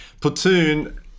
Platoon